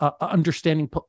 understanding